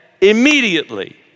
immediately